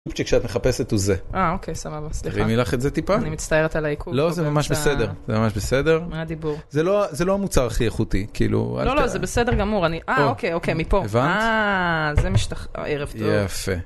כשאת מחפשת הוא זה. אהה אוקיי סבבה, סליחה. אני מצטערת על העיכוב. לא זה ממש בסדר זה ממש בסדר. מה הדיבור? זה לא זה לא המוצר הכי איכותי כאילו לא. לא זה בסדר גמור אני אוקיי אוקיי מפה הבנת? ערב טוב